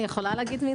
אפשר להגיד?